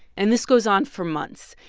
and this goes on for months.